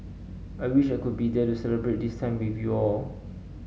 I wish I could be there to celebrate this time with you all